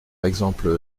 exemple